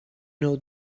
know